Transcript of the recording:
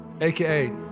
AKA